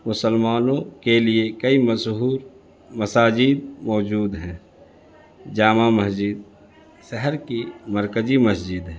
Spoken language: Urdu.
مسلمانوں کے لیے کئی مشہور مساجد موجود ہیں جامع مسجد شہر کی مرکزی مسجد ہے